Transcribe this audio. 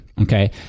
Okay